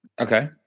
Okay